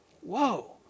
Whoa